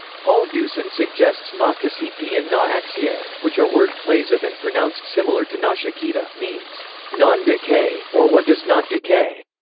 paul deussen suggests na ksiti and na aksiyete, which are word plays of and pronounced similar to nachiketa, means non-decay, or what does not decay,